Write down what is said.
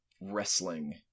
wrestling